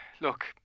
look